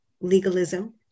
legalism